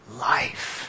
Life